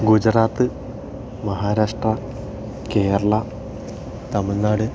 Gujarat Maharashtra Kerala Tamil Nadu